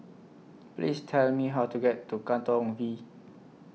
Please Tell Me How to get to Katong V